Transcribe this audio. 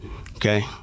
okay